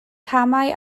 camau